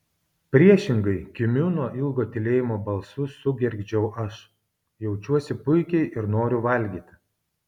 priešingai kimiu nuo ilgo tylėjimo balsu sugergždžiau aš jaučiuosi puikiai ir noriu valgyti